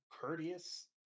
courteous